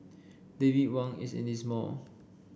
David Wang is in this mall